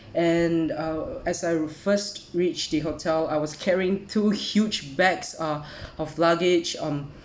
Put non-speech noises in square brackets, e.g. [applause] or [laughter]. and uh as I first reached the hotel I was carrying two huge bags uh [breath] of luggage um